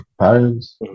parents